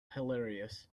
hilarious